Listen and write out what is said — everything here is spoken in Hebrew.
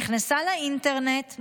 נכנסה לאינטרנט,